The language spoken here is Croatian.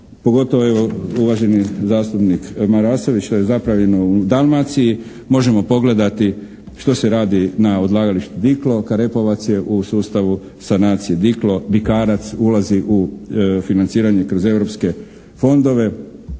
pogotovo je uvaženi zastupnik Marasović, što je napravljeno u Dalmaciji možemo pogledati što se radi na odlagalištu Diklo, Karepovac je u sustavu sanacije Diklo, Bikarac ulazi u financiranje kroz europske fondove,